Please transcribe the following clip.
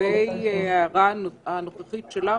לגבי ההערה הנוכחית שלך,